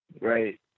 Right